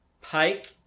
Pike